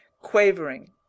quavering